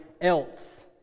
else